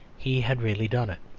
he had really done it.